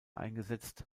eingesetzt